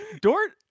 Dort